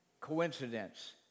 Coincidence